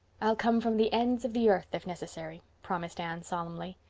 i'll come from the ends of the earth if necessary, promised anne solemnly.